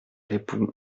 répond